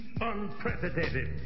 unprecedented